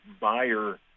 buyer